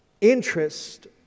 interest